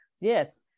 yes